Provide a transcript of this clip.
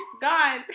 god